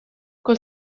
col